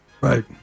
Right